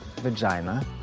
Vagina